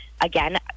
Again